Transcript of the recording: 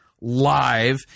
live